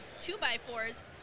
two-by-fours